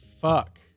fuck